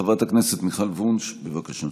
חברת הכנסת מיכל וונש, בבקשה.